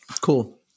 Cool